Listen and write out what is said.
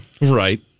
Right